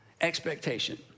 expectation